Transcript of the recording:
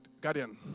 guardian